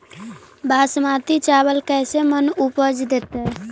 बासमती चावल कैसे मन उपज देतै?